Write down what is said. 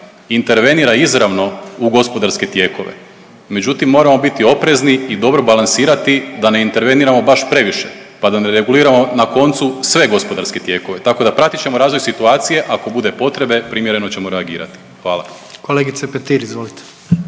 intervenira izravno u gospodarske tijekove. Međutim, moramo biti oprezni i dobro balansirati da ne interveniramo baš previše da da ne reguliramo na koncu sve gospodarske tijekove. Tako da pratit ćemo razvoj situacije ako potrebe primjereno ćemo reagirati. Hvala. **Jandroković, Gordan